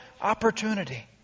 opportunity